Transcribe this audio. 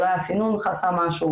אולי הסינון חסם משהו,